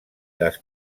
les